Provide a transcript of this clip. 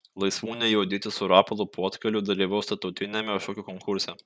laisvūnė juodytė su rapolu puotkaliu dalyvaus tarptautiniame šokių konkurse